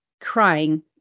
crying